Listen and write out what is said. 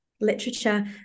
Literature